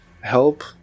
help